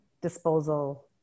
disposal